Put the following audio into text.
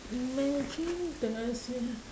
imagine the